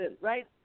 right